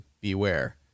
beware